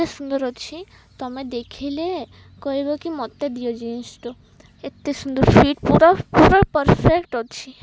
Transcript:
ଏତେ ସୁନ୍ଦର ଅଛି ତୁମେ ଦେଖିଲେ କହିବ କି ମୋତେ ଦିଅ ଜିନ୍ସ ଏତେ ସୁନ୍ଦର ଫିଟ୍ ପୁରା ପୁରା ପରଫେକ୍ଟ ଅଛି